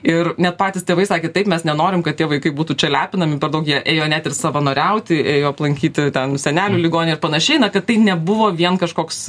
ir net patys tėvai sakė taip mes nenorim kad tie vaikai būtų čia lepinami per daug jie ėjo net ir savanoriauti ėjo aplankyti ten senelių ligonių ir panašiai na kad tai nebuvo vien kažkoks